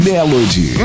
Melody